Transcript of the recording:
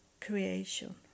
creation